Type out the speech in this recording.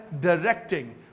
directing